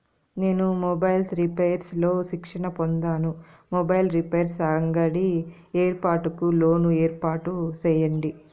నేను mobiles repairs లో శిక్షణ పొందాను, మొబైల్ రిపైర్స్ అంగడి ఏర్పాటుకు లోను ఏర్పాటు సేయండి?